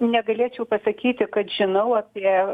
negalėčiau pasakyti kad žinau apie